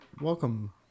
welcome